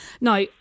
Now